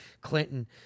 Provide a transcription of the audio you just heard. Clinton